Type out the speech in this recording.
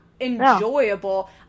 enjoyable